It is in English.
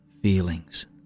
feelings